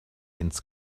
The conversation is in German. ins